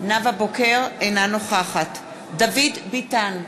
אינה נוכחת דוד ביטן,